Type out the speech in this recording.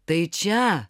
tai čia